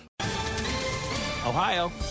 Ohio